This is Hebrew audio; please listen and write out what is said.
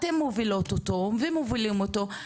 אתם מובילות אותו ומובילים אותו,